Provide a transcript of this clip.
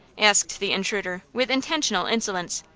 asked the intruder, with intentional insolence.